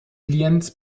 lienz